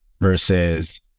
Versus-